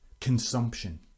consumption